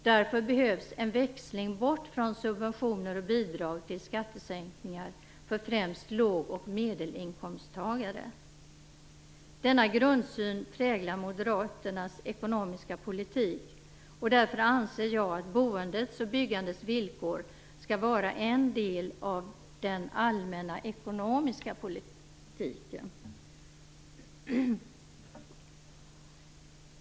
Därför behövs en växling bort från subventioner och bidrag till skattesänkningar för främst låg och medelinkomsttagare. Den grundsynen präglar moderaternas ekonomiska politik, och därför anser jag att boendets och byggandets villkor skall vara en del av den allmänna ekonomiska politiken.